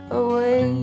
away